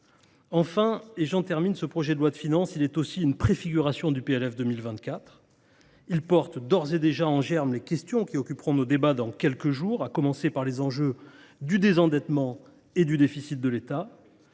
Enfin, ce projet de loi de finances de fin de gestion est aussi une préfiguration du PLF 2024. Il porte d’ores et déjà en germe les questions qui occuperont nos débats dans quelques jours, à commencer par les enjeux de désendettement et de déficit de l’État.